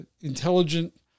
intelligent